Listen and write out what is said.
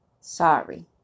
Sorry